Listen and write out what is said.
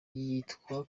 yitwa